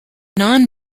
non